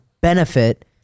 benefit